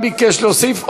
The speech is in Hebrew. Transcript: גם ביקש להוסיף,